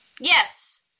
Yes